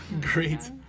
Great